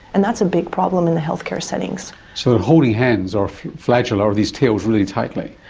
and that's a big problem in the healthcare setting. so sort of holding hands or flagella or these tails really tightly.